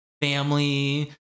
family